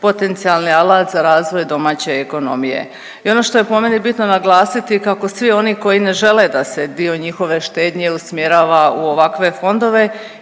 potencijalni alat za razvoj domaće ekonomije. I ono što je po meni bitno naglasiti kako svi oni koji ne žele da se dio njihove štednje usmjerava u ovakve fondove,